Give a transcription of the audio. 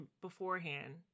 beforehand